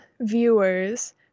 viewers